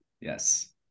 Yes